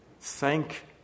thank